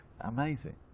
Amazing